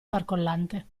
barcollante